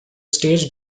stage